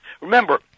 Remember